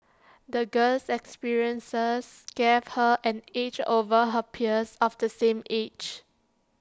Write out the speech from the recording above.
the girl's experiences gave her an edge over her peers of the same age